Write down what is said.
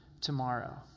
tomorrow